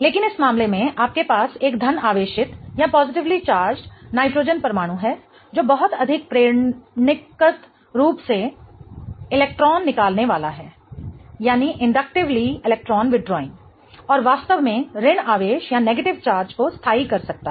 लेकिन इस मामले में आपके पास एक धन आवेशित नाइट्रोजन परमाणु है जो बहुत अधिक प्रेरणिकत रूप से इलेक्ट्रॉन निकालने वाला और वास्तव में ऋण आवेश को स्थाई कर सकता है